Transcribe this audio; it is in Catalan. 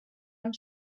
amb